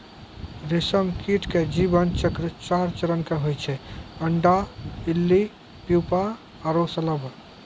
रेशम कीट के जीवन चक्र चार चरण के होय छै अंडा, इल्ली, प्यूपा आरो शलभ